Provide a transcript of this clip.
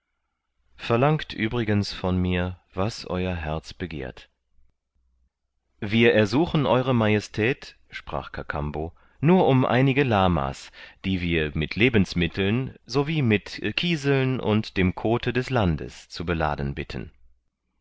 verlangt übrigens von mir was euer herz begehrt wir ersuchen ew majestät sprach kakambo nur um einige lama's die wir mit lebensmitteln so wie mit kieseln und dem kothe des landes zu beladen bitten